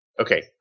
Okay